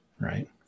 right